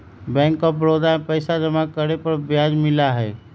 bank of Baroda में पैसा जमा करे पर ब्याज मिला हई